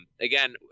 again